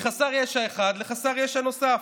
מחסר ישע אחד לחסר ישע נוסף.